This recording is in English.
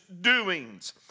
doings